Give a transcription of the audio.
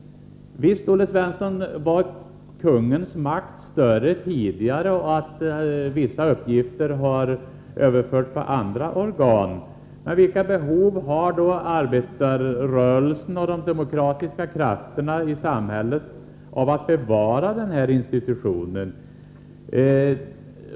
Visst, Olle Svensson, var kungens makt större tidigare och visst har vissa uppgifter överförts på andra organ. Men vilka behov har då arbetarrörelsen och de demokratiska krafterna i samhället av att bevara den här institutionen?